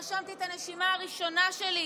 נשמתי את הנשימה הראשונה שלי,